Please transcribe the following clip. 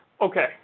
Okay